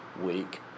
week